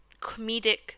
comedic